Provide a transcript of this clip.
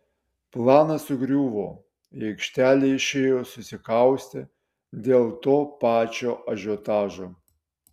planas sugriuvo į aikštelę išėjo susikaustę dėl to pačio ažiotažo